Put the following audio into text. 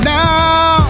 now